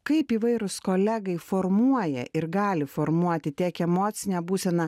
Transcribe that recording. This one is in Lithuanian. kaip įvairūs kolegai formuoja ir gali formuoti tiek emocinę būseną